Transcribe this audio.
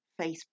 Facebook